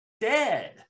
dead